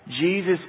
Jesus